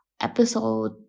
episode